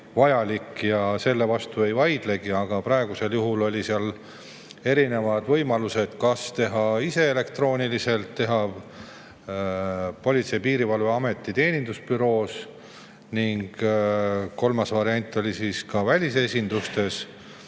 vajalik ja selle vastu ma ei vaidlegi. Aga praegusel juhul on erinevad võimalused: kas teha ise elektrooniliselt, teha Politsei‑ ja Piirivalveameti teenindusbüroos ning kolmas variant on teha välisesinduses.